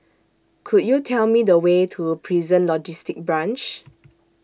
Could YOU Tell Me The Way to Prison Logistic Branch